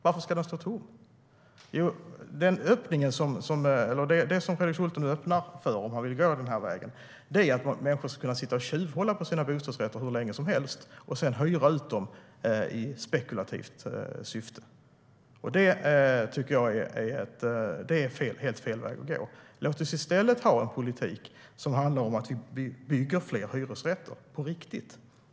Varför ska den stå tom? Det som Fredrik Schulte nu öppnar för, om man vill gå den vägen, är att människor ska kunna sitta och tjuvhålla på sina bostadsrätter hur länge som helst och sedan hyra ut dem i spekulativt syfte. Det tycker jag är helt fel väg att gå. Låt oss i stället ha en politik som innebär att vi bygger fler hyresrätter.